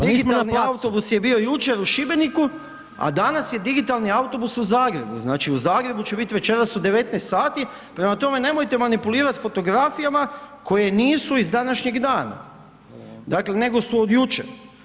Digitalni autobus je bio jučer u Šibeniku, a danas je digitalni autobus u Zagrebu, znači u Zagrebu će biti večeras u 19 sati prema tome nemojte manipulirati fotografijama koje nisu iz današnjeg dana nego su od jučer.